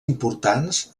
importants